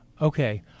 Okay